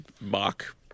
mock